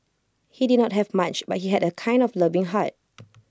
he did not have much but he had A kind and loving heart